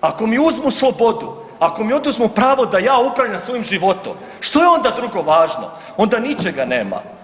ako mi uzmu slobodu, ako mi oduzmu pravo da ja upravljam svojim životom što je onda drugo važno, onda ničega nema.